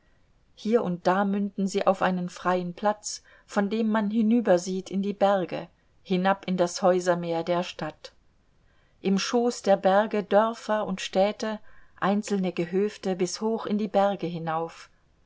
hier und da münden sie auf einen freien platz von dem man hinübersieht in die berge hinab in das häusermeer der stadt im schoß der berge dörfer und städte einzelne gehöfte bis hoch in die berge hinauf